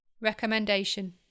Recommendation